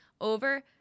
over